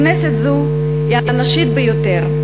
כנסת זו היא "הנשית" ביותר,